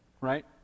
right